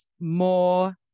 more